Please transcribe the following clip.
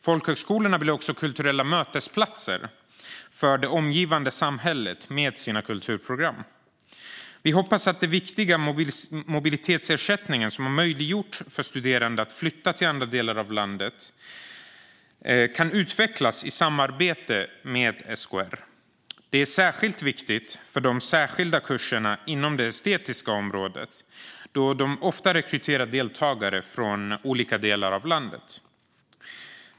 Folkhögskolorna blir också med sina kulturprogram kulturella mötesplatser för det omgivande samhället. Vi hoppas att den viktiga mobilitetsersättningen, som har möjliggjort för studerande att flytta till andra delar av landet, kan utvecklas i samarbete med SKR. Det är speciellt viktigt för de särskilda kurserna inom det estetiska området då de ofta rekryterar deltagare från olika delar av landet.